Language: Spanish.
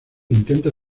intenta